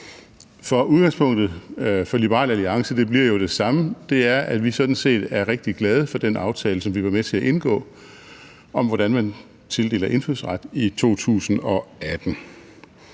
Udgangspunktet for Liberal Alliance bliver jo det samme, og det er, at vi er rigtig glade for den aftale, som vi var med til at indgå, om, hvordan man tildeler indfødsret, i 2018.